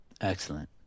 Excellent